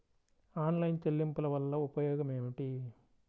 Online చెల్లింపుల వల్ల ఉపయోగమేమిటీ?